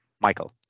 Michael